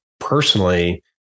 personally